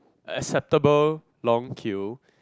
acceptable long queue